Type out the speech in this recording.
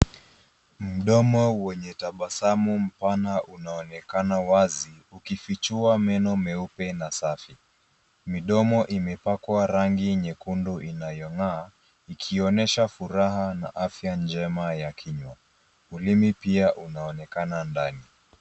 Mdomo wenye tabasamu pana unaonekana wazi, ukifichua meno meupe na safi. Midomo imepakwa rangi nyekundu inayong'aa ikionyesha furaha na afya njema ya kinywa. Ulimi pia unaonekana ndani.